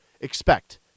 expect